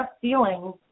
feeling